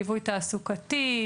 ליווי תעסוקתי,